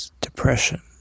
Depression